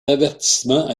avertissement